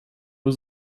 nur